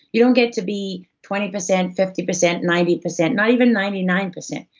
you don't get to be twenty percent, fifty percent, ninety percent, not even ninety nine percent,